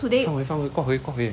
放回放回挂回挂回